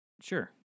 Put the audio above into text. Sure